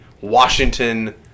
Washington